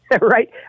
right